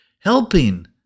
helping